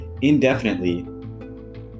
indefinitely